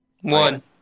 One